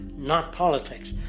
not politics.